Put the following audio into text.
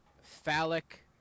phallic